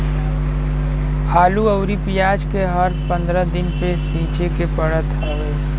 आलू अउरी पियाज के हर पंद्रह दिन पे सींचे के पड़त हवे